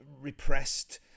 repressed